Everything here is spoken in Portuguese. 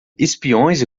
espiões